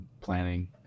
planning